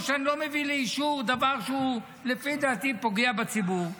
או שאני לא מביא לאישור דבר שהוא לפי דעתי פוגע בציבור.